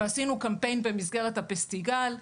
ועשינו קמפיין במסגרת הפסטיגל,